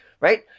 right